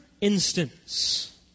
instance